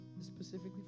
specifically